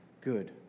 good